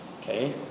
Okay